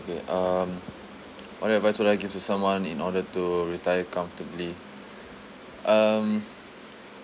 K um what advice would I give to someone in order to retire comfortably um